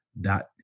dot